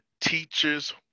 teacher's